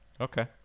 Okay